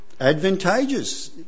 advantageous